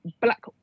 black